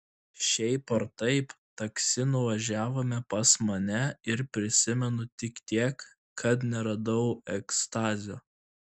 šiaip ar taip taksi nuvažiavome pas mane ir prisimenu tik tiek kad neradau ekstazio